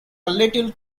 little